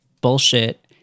bullshit